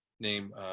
Name